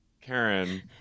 Karen